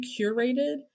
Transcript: curated